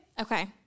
Okay